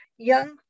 young